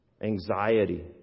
anxiety